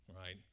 Right